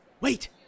Wait